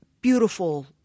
beautiful